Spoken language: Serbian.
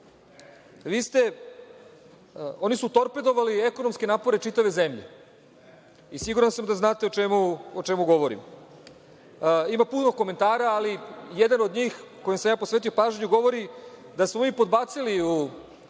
Oni su torpedovali ekonomske napore čitave zemlje, siguran sam da znate o čemu govorim. Ima puno komentara, ali jedan od njih, kojem sam ja posvetio pažnju, govori da smo mi podbacili u